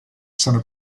sono